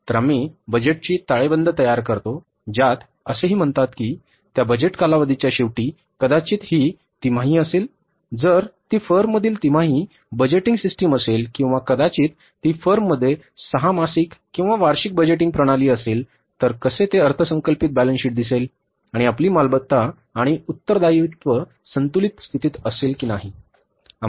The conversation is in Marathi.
तर आम्ही बजेटची ताळेबंद तयार करतो ज्यात असेही म्हणतात की त्या बजेट कालावधीच्या शेवटी कदाचित ही की तिमाही असेल जर ती फर्ममधील तिमाही बजेटिंग सिस्टम असेल किंवा कदाचित ती फर्ममध्ये 6 मासिक किंवा वार्षिक बजेटिंग प्रणाली असेल तर कसे ते अर्थसंकल्पित बॅलन्स शीट दिसेल आणि आपली मालमत्ता आणि उत्तरदायित्व संतुलित स्थितीत असेल की नाही